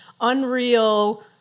unreal